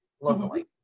locally